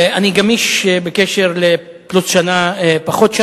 אני גמיש בקשר לשנה יותר או פחות.